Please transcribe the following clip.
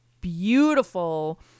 beautiful